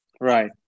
right